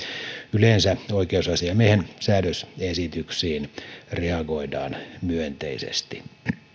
yleensä oikeusasia miehen säädösesityksiin reagoidaan myönteisesti